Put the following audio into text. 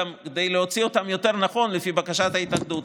כדי להוציא אותם יותר נכון לפי בקשת ההתאחדות.